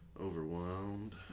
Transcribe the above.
Overwhelmed